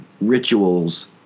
rituals